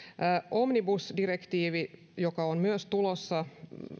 omnibus direktiivi joka on myös tulossa